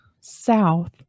south